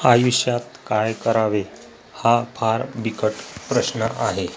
आयुष्यात काय करावे हा फार बिकट प्रश्न आहे